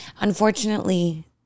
Unfortunately